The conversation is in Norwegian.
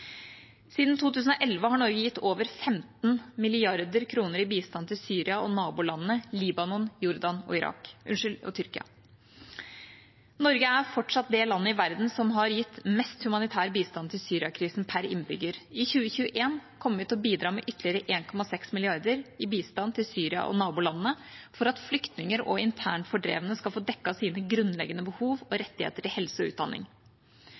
Siden 2011 har Norge gitt over 15 mrd. kr i bistand til Syria og nabolandene Libanon, Jordan og Tyrkia. Norge er fortsatt det landet i verden som per innbygger har gitt mest humanitær bistand til Syria-krisen. I 2021 kommer vi til å bidra med ytterligere 1,6 mrd. kr i bistand til Syria og nabolandene for at flyktninger og internt fordrevne skal få dekket sine grunnleggende behov og rettigheter til helse og utdanning.